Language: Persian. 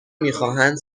میخواهند